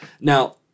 Now